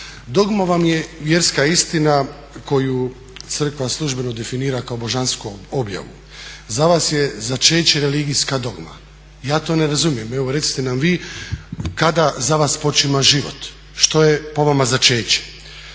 Dogma vam je vjerska istina koju crkva službeno definira kao božansku objavu. Za vas je začeće religijska dogma, ja to ne razumijem. Evo recite nam vi kada za vas počima život, što je po vama začeće.